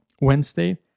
wednesday